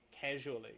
casually